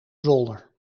zolder